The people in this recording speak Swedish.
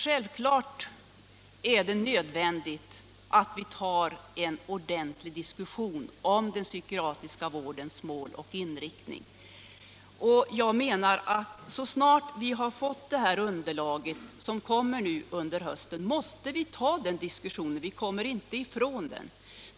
Självfallet är det nödvändigt med en ordentlig diskussion om den psykiatriska vårdens mål och inriktning. Så snart vi har fått det underlag som aviserats till i höst måste vi föra den diskussionen; vi kommer inte ifrån den.